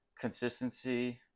consistency